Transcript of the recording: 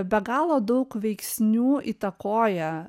be galo daug veiksnių įtakoja